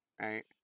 right